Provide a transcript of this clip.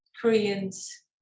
Koreans